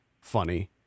funny